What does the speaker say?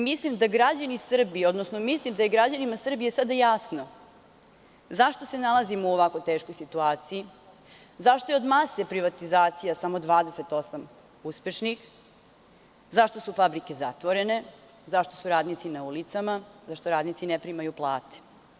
Mislim da je građanima Srbije sada jasno zašto se nalazimo u ovako teškoj situaciji, zašto je od mase privatizacija samo 28 uspešnih, zašto su fabrike zatvorene, zašto su radnici na ulicama, zašto radnici ne primaju plate.